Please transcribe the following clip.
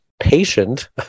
patient